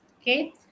Okay